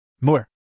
More